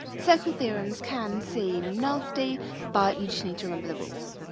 circle theorems can see nasty by each need to read levels